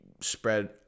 spread